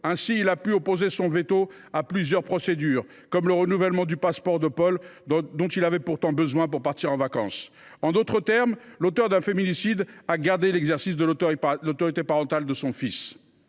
Ainsi, il a pu mettre son veto à plusieurs procédures, comme le renouvellement du passeport de Paul, qui en avait pourtant besoin pour partir en vacances. En d’autres termes, l’auteur d’un féminicide a conservé l’autorité parentale sur son fils